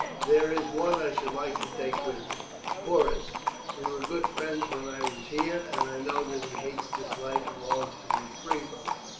there is one i should like to take with me porus we were good friends when i was here, and i know that he hates this life and longs to be free from it.